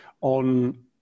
on